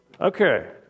Okay